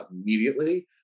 immediately